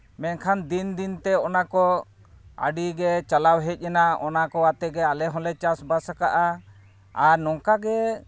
ᱢᱮᱱᱠᱷᱟᱱ ᱫᱤᱱ ᱫᱤᱱᱛᱮ ᱚᱱᱟ ᱠᱚ ᱟᱹᱰᱤ ᱜᱮ ᱪᱟᱞᱟᱣ ᱦᱮᱡ ᱮᱱᱟ ᱚᱱᱟ ᱠᱚ ᱟᱛᱮᱫ ᱜᱮ ᱟᱞᱮ ᱦᱚᱸᱞᱮ ᱪᱟᱥᱵᱟᱥ ᱟᱠᱟᱫᱼᱟ ᱟᱨ ᱱᱚᱝᱠᱟᱜᱮ